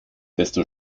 desto